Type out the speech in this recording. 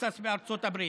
בטקסס בארצות הברית.